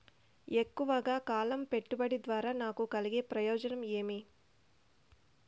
ఎక్కువగా కాలం పెట్టుబడి ద్వారా నాకు కలిగే ప్రయోజనం ఏమి?